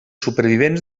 supervivents